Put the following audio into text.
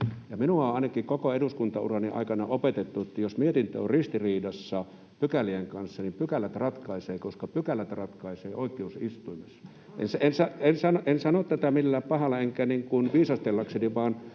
Minua on ainakin koko eduskuntaurani aikana opetettu, että jos mietintö on ristiriidassa pykälien kanssa, niin pykälät ratkaisevat, koska pykälät ratkaisevat oikeusistuimessa. [Aki Lindén: Olen samaa mieltä!] En sano